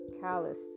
callous